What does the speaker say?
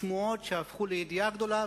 השמועות שהפכו לידיעה גדולה,